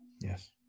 Yes